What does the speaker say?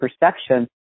perception